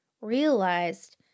realized